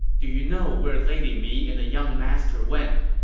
do you know where lady mi and the young master went?